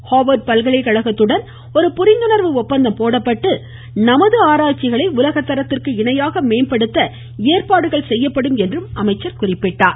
Harvard பல்கலைக்கழககத்துடன் ஒரு புரிந்துணர்வு ஒப்பந்தம் போடப்பட்டு நமது ஆராய்ச்சிகளை உலக தரத்திற்கு இணையாக மேம்படுத்த ஏற்பாடுகள் செய்யப்படும் என்றம் அமைச்சர் கூறினார்